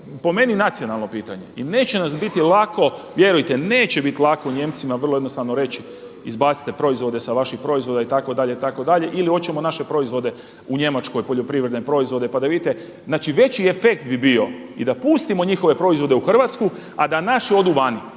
po meni nacionalno pitanje i neće nas biti lako, vjerujte neće biti lako Nijemcima vrlo jednostavno reći izbacite proizvode sa vaših proizvoda itd. itd. ili hoćemo naše proizvode u Njemačkoj, poljoprivredne proizvode pa da vidite. Znači veći efekt bi bio i da pustimo njihove proizvode u Hrvatsku a da naši odu vani,